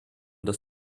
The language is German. dass